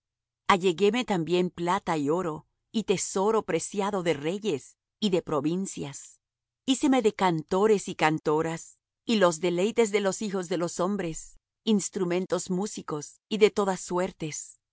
alleguéme también plata y oro y tesoro preciado de reyes y de provincias híceme de cantores y cantoras y los deleites de los hijos de los hombres instrumentos músicos y de todas suertes